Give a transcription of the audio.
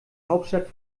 hauptstadt